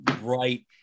right